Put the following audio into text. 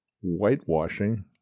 whitewashing